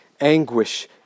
anguish